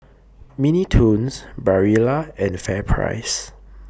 Mini Toons Barilla and FairPrice